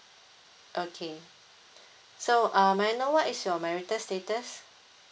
okay so um may I know what is your marital status